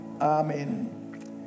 Amen